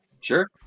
sure